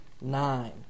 nine